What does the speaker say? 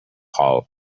hall